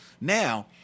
now